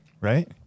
Right